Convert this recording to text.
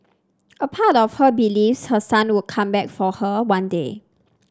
a part of her believes her son would come back for her one day